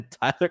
Tyler